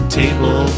table